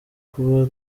kuba